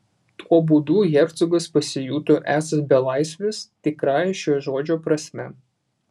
tuo būdu hercogas pasijuto esąs belaisvis tikrąja šio žodžio prasme